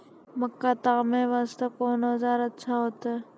मक्का तामे वास्ते कोंन औजार अच्छा होइतै?